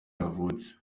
yavutse